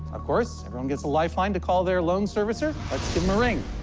of course. everyone gets a lifeline to call their loan servicer. let's give him a ring.